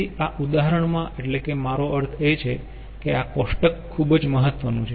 તેથી આ ઉદાહરણ માં એટલે કે મારો અર્થ છે કે આ કોષ્ટક ખૂબ જ મહત્વનું છે